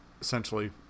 essentially